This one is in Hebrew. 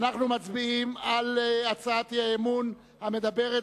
אנחנו מצביעים על הצעת אי-האמון המדברת